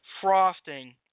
frosting